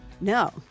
No